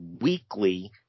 weekly